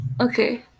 Okay